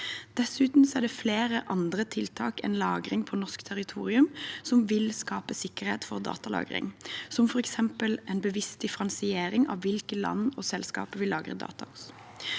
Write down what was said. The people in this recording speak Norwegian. Dessuten er det flere andre tiltak enn lagring på norsk territorium som vil skape sikkerhet for datalagring – som for eksempel en bevisst differensiering av hvilke land og selskaper vi lagrer data